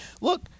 look